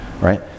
right